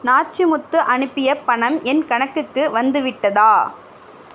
நாச்சிமுத்து அனுப்பிய பணம் என் கணக்குக்கு வந்துவிட்டதா